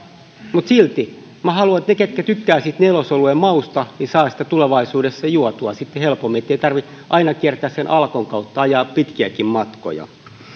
mutta silti minä haluan että ne ketkä tykkäävät siitä nelosoluen mausta saavat sitä tulevaisuudessa juotua helpommin ettei tarvitse aina kiertää sen alkon kautta ajaa pitkiäkin matkoja